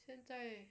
现在